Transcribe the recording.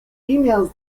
females